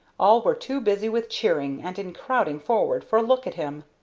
all were too busy with cheering and in crowding forward for a look at him.